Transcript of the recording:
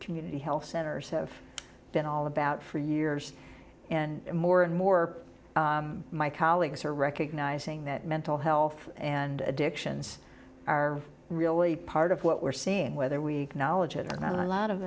community health centers have been all about for years and more and more my colleagues are recognizing that mental health and addictions are really part of what we're seeing whether we knowledge it or not a lot of